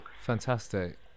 Fantastic